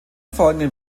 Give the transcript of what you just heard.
folgenden